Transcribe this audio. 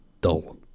dull